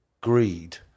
greed